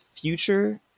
future